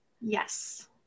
Yes